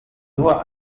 nur